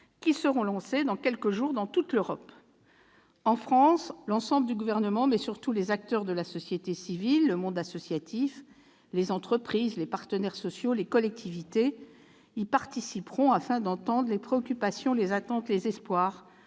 qui seront lancées dans quelques jours dans toute l'Europe. En France, l'ensemble du Gouvernement, mais surtout les acteurs de la société civile, le monde associatif, les entreprises, les partenaires sociaux, les collectivités y participeront, afin d'entendre les préoccupations, les attentes, les espoirs,